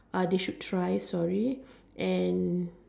they should try sorry and